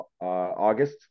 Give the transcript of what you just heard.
August